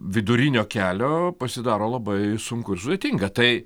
vidurinio kelio pasidaro labai sunku ir sudėtinga tai